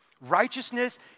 Righteousness